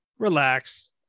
Relax